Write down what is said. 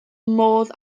modd